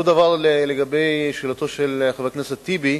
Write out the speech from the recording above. אותו דבר לגבי שאלתו של חבר הכנסת טיבי.